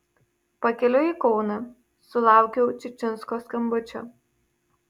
pakeliui į kauną sulaukiau čičinsko skambučio